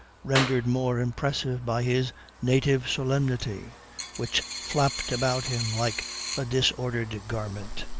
rendered more impressive by his native solemnity which flapped about him like a disordered garment.